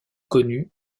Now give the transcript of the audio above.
connus